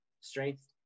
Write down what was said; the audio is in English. strength